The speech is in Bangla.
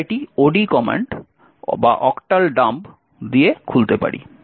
আমরা এটি od কমান্ড অক্টাল ডাম্ব দিয়ে খুলতে পারি